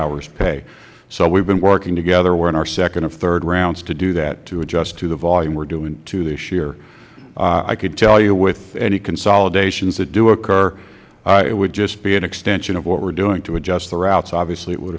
hours pay so we have been working together we are in our second of third rounds to do that to adjust to the volume we are doing two this year i can tell you with any consolidations that do occur it would just be an extension of what we are doing to adjust the routes obviously it would